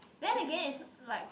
then again it's like